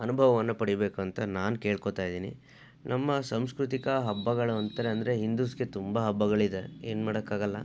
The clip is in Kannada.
ಅನುಭವವನ್ನು ಪಡಿಬೇಕಂತ ನಾನು ಕೇಳ್ಕೊತಾ ಇದ್ದೀನಿ ನಮ್ಮ ಸಾಂಸ್ಕೃತಿಕ ಹಬ್ಬಗಳು ಅಂತಂದರೆ ಹಿಂದೂಸ್ಗೆ ತುಂಬ ಹಬ್ಬಗಳಿದೆ ಏನ್ಮಾಡಕ್ಕಾಗಲ್ಲ